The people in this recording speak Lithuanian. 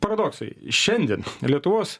paradoksai šiandien lietuvos